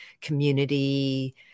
community